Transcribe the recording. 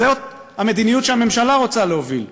זאת המדיניות שהממשלה רוצה להוביל,